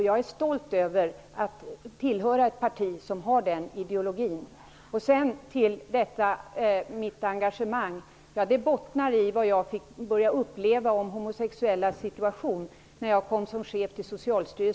Jag är stolt över att tillhöra ett parti som har den här ideologin. Mitt engagemang bottnar i vad jag fick veta om de homosexuellas situation när jag kom som chef till